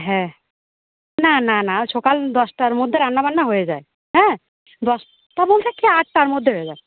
হ্যাঁ না না না সকাল দশটার মধ্যে রান্না বান্না হয়ে যায় হ্যাঁ দশটার মধ্যে কি আটটার মধ্যে হয়ে যায়